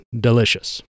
delicious